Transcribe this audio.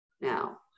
Now